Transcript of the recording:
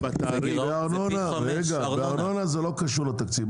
בארנונה זה לא קשור לתקציב.